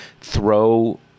throw